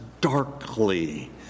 darkly